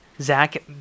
Zach